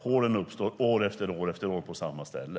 Hålen uppstår år efter år på samma ställe.